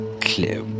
clear